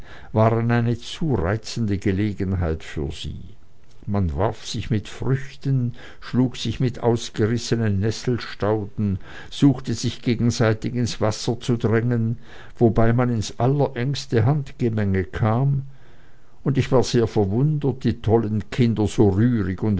waren eine zu reizende gelegenheit für sie man warf sich mit früchten schlug sich mit ausgerissenen nesselstauden suchte sich gegenseitig ins wasser zu drängen wobei man ins allerengste handgemenge kam und ich war sehr verwundert die tollen kinder so rührig und